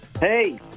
Hey